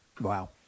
Wow